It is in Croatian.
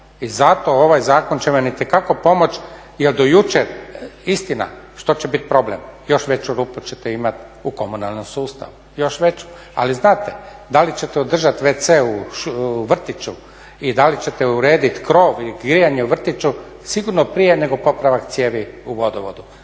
I zato ovaj zakon će vam itekako pomoći jer do jučer, istina što će biti problem? Još veću rupu ćete imati u komunalnom sustavu, još veću. Ali znate da li ćete održati wc u vrtiću i da li ćete urediti krov i grijanje u vrtiću sigurno prije nego popravak cijevi u vodovodu.